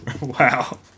Wow